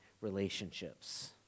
relationships